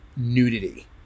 nudity